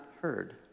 heard